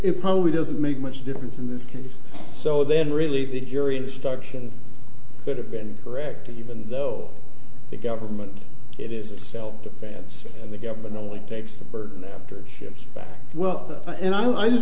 it probably doesn't make much difference in this case so then really the jury instruction could have been correct even though the government it is a self defense and the government only takes a burden shifts back well and i just